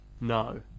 No